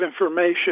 information